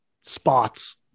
spots